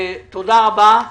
תודה רבה.